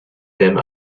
them